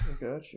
gotcha